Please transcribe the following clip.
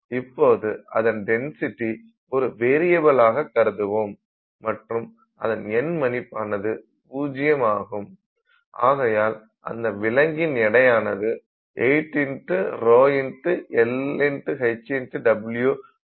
இப்போது அதன் டென்சிட்டி ஒரு வேரியபில் ஆக கருதுவோம் மற்றும் அதன் எண் மதிப்பானது 0 ஆகும் ஆகையால் அந்த விலங்கின் எடையானது 8ρLHW ஆக உயர்கிறது